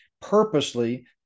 purposely